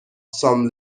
some